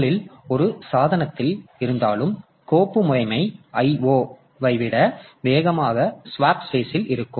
முதலில் ஒரே சாதனத்தில் இருந்தாலும் கோப்பு முறைமை IO ஐ விட வேகமாக ஸ்வாப்பு பேசில் இருக்கும்